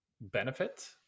benefit